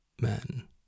men